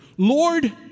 Lord